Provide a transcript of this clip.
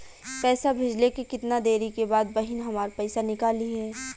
पैसा भेजले के कितना देरी के बाद बहिन हमार पैसा निकाल लिहे?